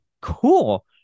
cool